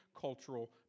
cultural